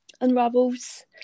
unravels